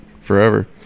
forever